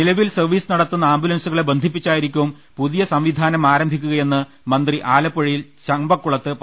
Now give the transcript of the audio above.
നിലവിൽ സർവ്വീസ് നടത്തുന്ന ആംബുലൻസുകളെ ബന്ധിപ്പിച്ചായിരിക്കും പുതിയ സംവിധാനം ആരംഭിക്കുകയെന്ന് മന്ത്രി ആലപ്പുഴ ചമ്പക്കുളത്ത് പറഞ്ഞു